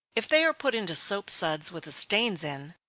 if they are put into soap-suds with the stains in,